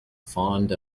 fond